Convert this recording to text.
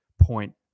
point